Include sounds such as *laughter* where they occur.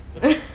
*noise*